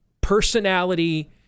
personality